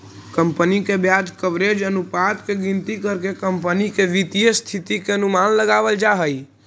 company के ब्याज coverage अनुपात के गिनती करके कंपनी के वित्तीय स्थिति के अनुमान लगावल जा हई